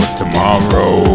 tomorrow